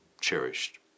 cherished